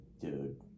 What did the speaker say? dude